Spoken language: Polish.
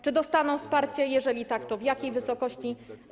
Czy dostaną wsparcie, a jeżeli tak, to w jakiej wysokości?